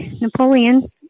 Napoleon